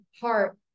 heart